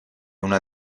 una